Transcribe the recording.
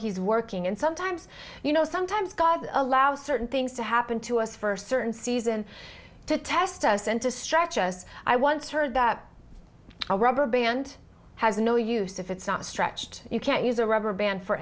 he's working and sometimes you know sometimes god allows certain things to happen to us for certain season to test us and to stretch us i once heard that a rubber band has no use if it's not stretched you can't use a rubber band for